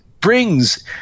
brings